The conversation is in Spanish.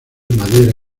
madera